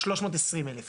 320,000 איש,